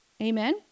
Amen